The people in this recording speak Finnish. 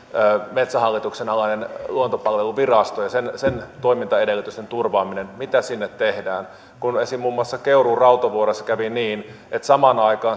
metsähallituksen alainen luontopalveluvirasto ja sen sen toimintaedellytysten turvaaminen mitä sinne tehdään muun muassa keuruun rautovuoressa kävi niin että